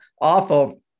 awful